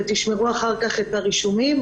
ותשמרו אחר כך את הרישומים,